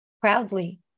proudly